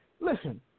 Listen